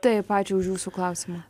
taip ačiū už jūsų klausimą